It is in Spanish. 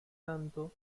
tanto